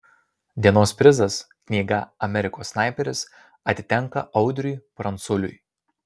dienos prizas knyga amerikos snaiperis atitenka audriui pranculiui